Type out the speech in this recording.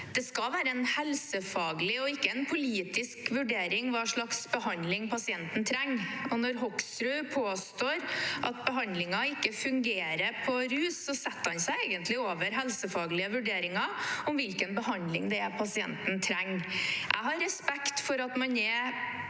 Det skal være en helsefaglig og ikke en politisk vurdering hva slags behandling pasienten trenger. Når Hoksrud påstår at behandlingen ikke fungerer på rusfeltet, setter han seg egentlig over helsefaglige vurderinger om hvilken behandling det er pasienten trenger. Jeg har respekt for at man er